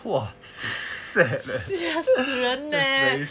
!wah! sad that's very sad leh